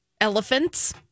Elephants